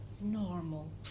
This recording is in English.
normal